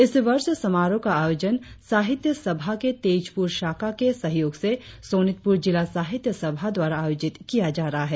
इस वर्ष समारोह का आयोजन साहित्य सभा के तेजपुर शाखा के सहयोग से सोनितपुर जिला साहित्य सभा द्वारा आयोजित किया जा रहा है